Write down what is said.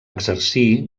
exercir